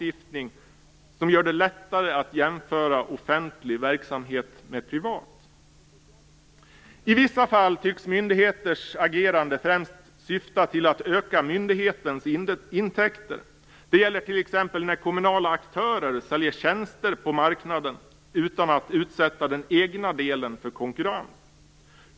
I vissa fall tycks myndigheters agerande främst syfta till att öka myndighetens intäkter. Det gäller t.ex. när kommunala aktörer säljer tjänster på marknaden utan att utsätta den egna delen för konkurrens.